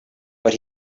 but